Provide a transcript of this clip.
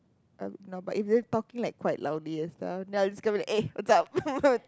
um no but if they're talking quite loudly and stuff I'll just go there and be like eh what's up